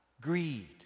greed